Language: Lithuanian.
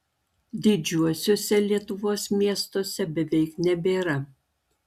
didžiuosiuose lietuvos miestuose beveik nebėra